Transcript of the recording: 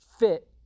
fit